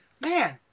man